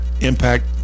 impact